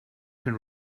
can